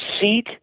seat